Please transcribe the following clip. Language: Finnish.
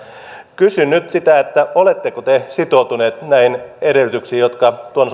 kysyn nyt sitä oletteko te sitoutuneet näihin edellytyksiin jotka tuon